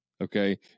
okay